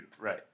Right